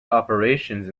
operations